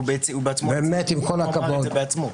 הוא אמר את זה בעצמו.